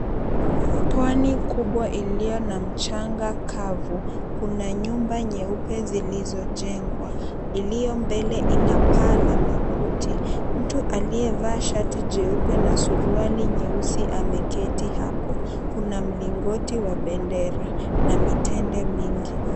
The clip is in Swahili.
Pwani kubwa iliyo na mchanga kavu. Kuna nyumba nyeupe zilizojengwa, iliyo mbele ina paa la makuti. Mtu aliyevaa shati jeupe na suruali nyeusi ameketi hapo. Kuna mlingoti wa bendera na mitende mingi.